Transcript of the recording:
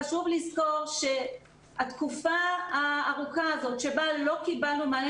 חשוב לזכור שהתקופה הארוכה הזאת שבה לא קיבלנו מענה